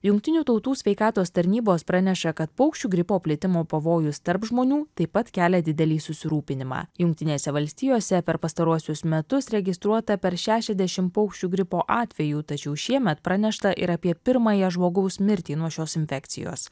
jungtinių tautų sveikatos tarnybos praneša kad paukščių gripo plitimo pavojus tarp žmonių taip pat kelia didelį susirūpinimą jungtinėse valstijose per pastaruosius metus registruota per šešiasdešimt paukščių gripo atvejų tačiau šiemet pranešta ir apie pirmąją žmogaus mirtį nuo šios infekcijos